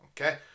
Okay